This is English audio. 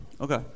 Okay